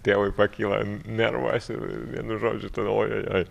tėvui pakyla nervas ir vienu žodžiu tu galvoji ai